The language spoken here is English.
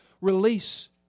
release